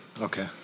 Okay